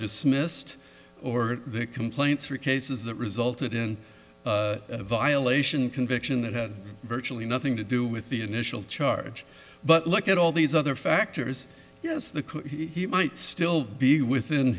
dismissed or complaints or cases that resulted in a violation conviction that had virtually nothing to do with the initial charge but look at all these other factors yes the he might still be within